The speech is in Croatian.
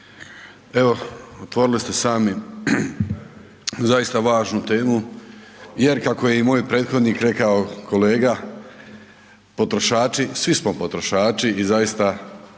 Evo, otvorili ste sami zaista važnu temu jer kako je i moj prethodnik rekao kolega, potrošači, svi smo potrošači i zaista